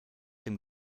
dem